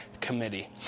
committee